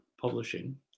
publishing